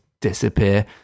disappear